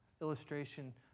illustration